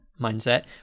mindset